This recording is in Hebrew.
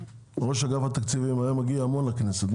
ראש אגף התקציבים היה מגיע המון לכנסת,